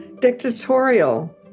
dictatorial